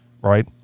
right